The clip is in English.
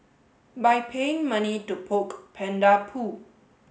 by paying money to poke panda poo